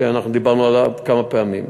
שאנחנו דיברנו עליו כמה פעמים: